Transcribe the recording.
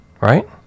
Right